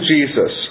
Jesus